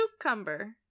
Cucumber